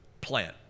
plan